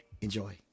Enjoy